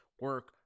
Work